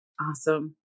Awesome